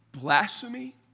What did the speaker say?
blasphemy